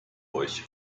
euch